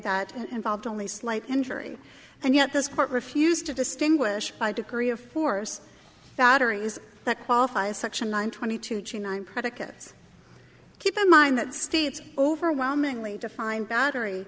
that involved only slight injury and yet this court refused to distinguish by degree of force battery is that qualifies section one twenty two to nine predicates keep in mind that states overwhelmingly define battery